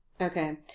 Okay